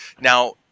Now